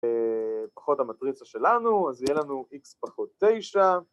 פחות המטריצה שלנו, אז יהיה לנו x פחות 9